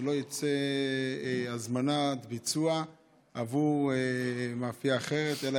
ולא תצא הזמנת ביצוע עבור מאפייה אחרת אלא